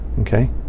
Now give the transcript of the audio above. okay